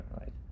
right